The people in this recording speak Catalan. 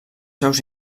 seus